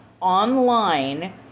online